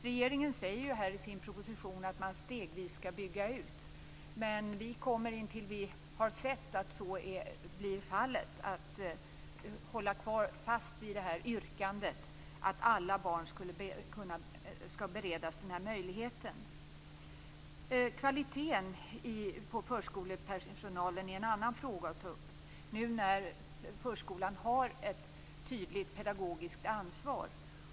Regeringen säger i sin proposition att det skall ske en stegvis utbyggnad, men intill dess vi har sett att så blir fallet kommer vi att hålla fast vid yrkandet om att alla barn skall beredas denna möjlighet. Förskolepersonalens kvalitet är en annan fråga att ta upp nu när förskolan har ett tydligt pedagogiskt ansvar.